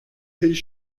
his